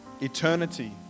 Eternity